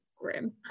grim